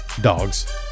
dogs